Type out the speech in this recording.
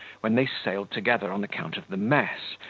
when they sailed together, on account of the mess,